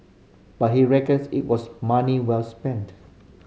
but he reckons it was money well spent